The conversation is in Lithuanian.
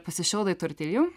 pasišildai tortilijų